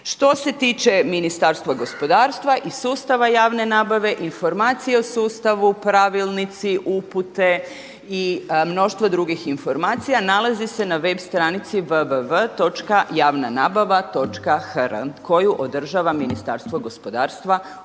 Što se tiče Ministarstva gospodarstva i sustava javne nabave, informacije u sustavu pravilnici, upute i mnoštvo drugih informacija nalaze se na web stranici www.javnanabava.hr koju održava Ministarstvo gospodarstva,